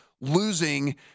losing